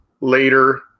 Later